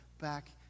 back